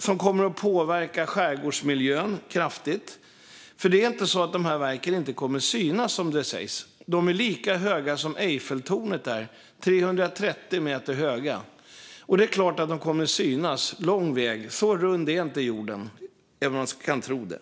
Det kommer att påverka skärgårdsmiljön kraftigt, för det är inte så att de här verken inte kommer att synas, som det sägs - de är lika höga som Eiffeltornet, det vill säga 330 meter. Det är klart att de kommer att synas lång väg, för så rund är inte jorden även om man kan tro det.